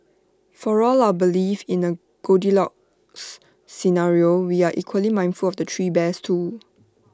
for all our belief in A goldilocks scenario we are equally mindful of the three bears too